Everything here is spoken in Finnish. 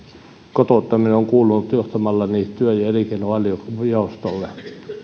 kotouttaminen on kuulunut johtamalleni valtiovarainvaliokunnan työ ja elinkeinojaostolle